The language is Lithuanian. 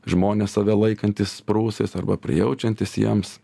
žmonės save laikantys prūsais arba prijaučiantys jiems